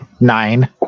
Nine